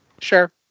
Sure